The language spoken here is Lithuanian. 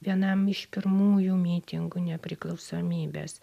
vienam iš pirmųjų mitingų nepriklausomybės